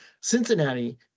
Cincinnati